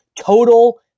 total